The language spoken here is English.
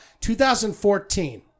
2014